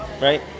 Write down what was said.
right